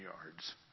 yards